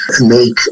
make